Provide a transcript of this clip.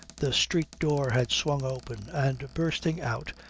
the street door had swung open, and, bursting out,